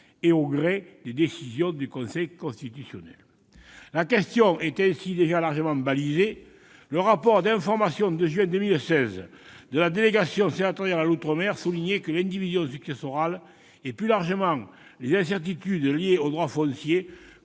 au gré des décisions du Conseil constitutionnel. La question est ainsi déjà largement balisée. Le rapport d'information de juin 2016 de la délégation sénatoriale aux outre-mer soulignait que l'indivision successorale et, plus largement, les incertitudes liées au droit foncier